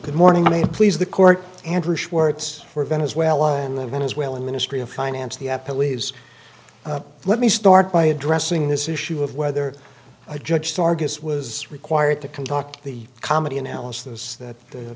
good morning i mean please the court andrew schwartz for venezuela and the venezuelan ministry of finance the police let me start by addressing this issue of whether a judge targus was required to conduct the comedy analysis that the